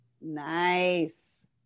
Nice